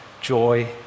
joy